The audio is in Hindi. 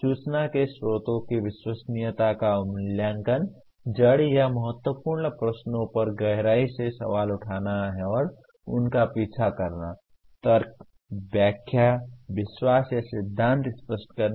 सूचना के स्रोतों की विश्वसनीयता का मूल्यांकन जड़ या महत्वपूर्ण प्रश्नों पर गहराई से सवाल उठाना और उनका पीछा करना तर्क व्याख्या विश्वास या सिद्धांत स्पष्ट करना